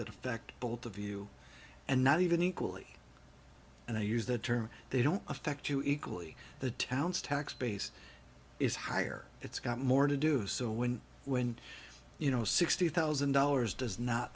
that affect both of you and not even equally and i use the term they don't affect you equally the town's tax base is higher it's got more to do so when when you know sixty thousand dollars does not